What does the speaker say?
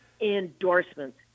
Endorsements